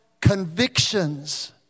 convictions